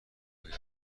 باید